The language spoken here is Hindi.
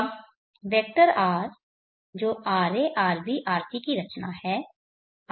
अब वेक्टर R जो ra rb rc की रचना है